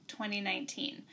2019